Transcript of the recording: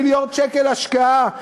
ב-19 מיליארד שקל השקעה,